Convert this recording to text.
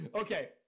Okay